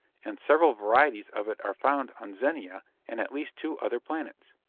and several varieties of it are found on zenia and at least two other planets.